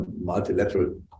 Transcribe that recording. multilateral